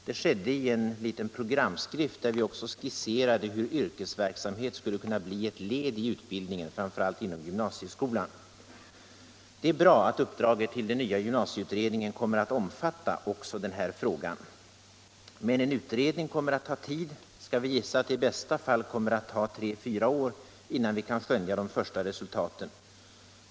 Det skedde i en liten programskrift, där vi också skisserade hur yrkesverksamhet skulle kunna bli ett led i utbildningen, framför allt inom gymnasieskolan. Det är bra att uppdraget till den nya gymnasieutredningen kommer att omfatta också den här frågan. Men en utredning kommer att ta tid. Skall vi gissa att det i bästa fall kommer att ta tre till fyra år innan vi kan skönja de första resultaten?